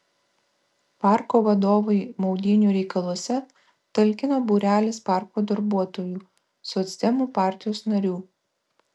parko vadovui maudynių reikaluose talkino būrelis parko darbuotojų socdemų partijos narių